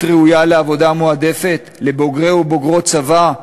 ראויה לעבודה מועדפת לבוגרי או בוגרות צבא,